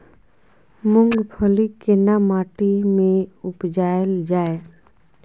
मूंगफली केना माटी में उपजायल जाय?